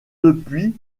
depuis